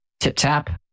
TipTap